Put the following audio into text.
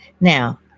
Now